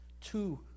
Two